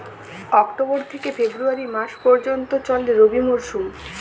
October থেকে February মাস পর্যন্ত চলে রবি মরসুম